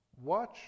Watch